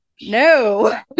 No